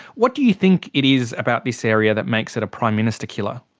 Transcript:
what do you think it is about this area that makes it a prime minister killer?